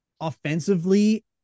offensively